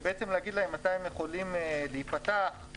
ולהגיד מתי הם יכולים להיפתח,